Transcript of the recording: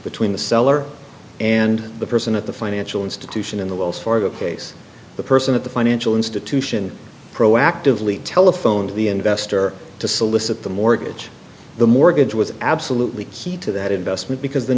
between the seller and the person at the financial institution in the wells fargo case the person at the financial institution proactively telephoned the investor to solicit the mortgage the mortgage was absolutely key to that investment because the